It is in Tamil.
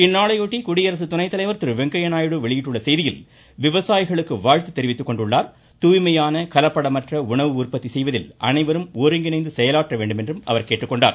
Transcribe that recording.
இந்நாளையொட்டி குடியரசு துணைத்தலைவர் நாயுடு வெளியிட்டுள்ள செய்தியில் விவசாயிகளுக்கு வாழ்த்து தெரிவித்துக் கொண்ட அவர் தூய்மையான கலப்படமற்ற உணவு உற்பத்தி செய்வதில் அனைவரும் ஒருங்கிணைந்து செயலாற்ற வேண்டும் என்றும் கேட்டுக்கொண்டார்